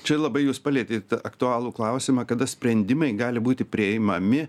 čia labai jūs palietėte aktualų klausimą kada sprendimai gali būti priimami